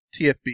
TFB